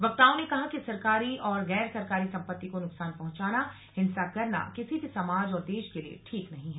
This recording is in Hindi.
वक्ताओं ने कहा कि सरकारी और गैर सरकारी संपत्ति को नुकसान पहुंचाना हिंसा करना किसी भी समाज और देश के लिए ठीक नहीं है